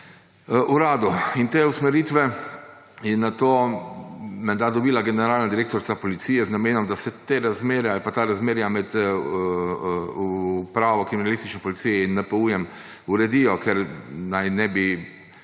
uradu. In te usmeritve je nato menda dobila generalna direktorica policije z namenom, da se te razmere ali pa ta razmerja med Upravo kriminalistične policije in NPU uredijo, ker naj ne bi